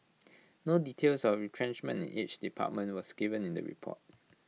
no details of retrenchment in each department was given in the report